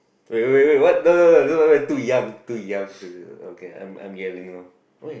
wait wait wait wait what no no no am I too young too young okay okay I am yelling now